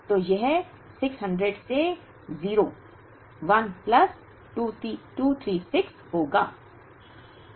तो यह 600 से 01 प्लस 236 होगा